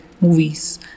Movies